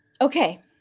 Okay